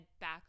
back